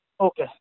Okay